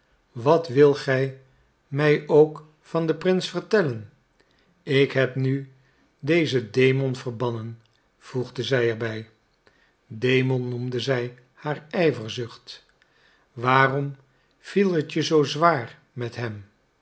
wat wildet gij mij ook van den prins vertellen ik heb nu dezen demon verbannen voegde zij er bij demon noemde zij haar ijverzucht waarom viel het je zoo zwaar met hem